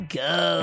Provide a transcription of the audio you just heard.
go